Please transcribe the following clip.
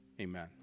Amen